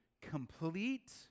complete